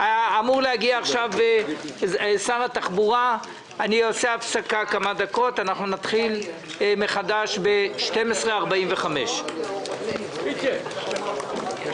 הישיבה ננעלה בשעה 12:40.